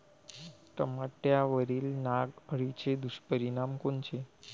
टमाट्यावरील नाग अळीचे दुष्परिणाम कोनचे?